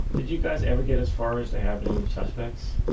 did you guys ever get as far as to have any suspects?